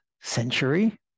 century